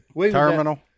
Terminal